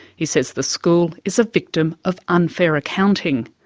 he says the school is a victim of unfair accounting.